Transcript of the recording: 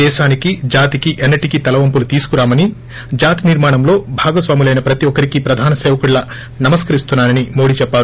దేశానికి జాతికి ఎన్నటికీ తలవంపులు తీసుకురామని జాతి నిర్మాణంలో భాగస్వాములైన ప్రతి ఒక్కరికీ ప్రధాన సేవకుడిలా నమస్కరిస్తున్నానని మోడీ చెప్పారు